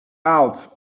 out